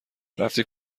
رفتی